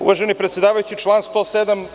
Uvaženi predsedavajući, član 107.